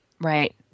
right